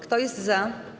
Kto jest za?